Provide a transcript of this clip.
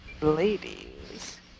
Ladies